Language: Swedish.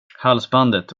halsbandet